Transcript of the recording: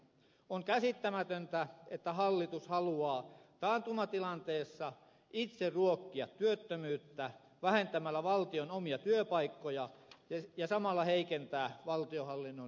on käsittämätöntä että hallitus haluaa taantumatilanteessa itse ruokkia työttömyyttä vähentämällä valtion omia työpaikkoja ja samalla heikentää valtionhallinnon palveluita